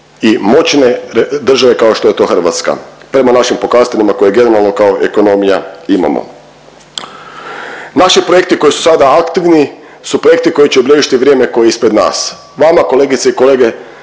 i moćne države kao što je to Hrvatska prema našim pokazateljima koje generalno kao ekonomija imamo. Naši projekti koji su sada aktivni su projekti koji će obilježiti vrijeme koje je ispred nas. Vama kolegice i kolege